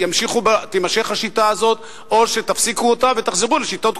האם תימשך השיטה הזאת או שתפסיקו אותה ותחזרו לשיטות קודמות,